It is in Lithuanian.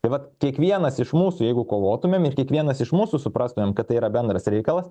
taip vat kiekvienas iš mūsų jeigu kovotumėm ir kiekvienas iš mūsų suprastumėm kad tai yra bendras reikalas